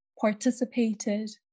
participated